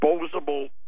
disposable